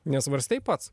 nesvarstei pats